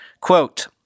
Quote